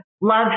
Love